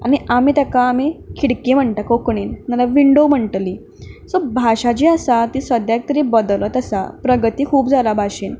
आनी आमी तेका आमी खिडकी म्हणटा कोंकणीन नाल्या विंडो म्हणटलीं सो भाशा जी आसा ती सद्द्याक तरी बदलत आसा प्रगती खूब जाला भाशेन